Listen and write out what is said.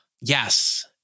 yes